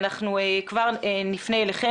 ואנחנו כבר נפנה אליכם,